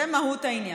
זו מהות העניין.